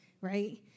right